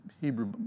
Hebrew